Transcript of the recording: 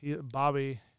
Bobby